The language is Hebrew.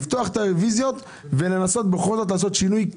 לפתוח את הרביזיות ולעשות שינוי בכל זאת,